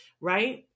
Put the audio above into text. right